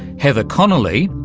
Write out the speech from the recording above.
heather conley,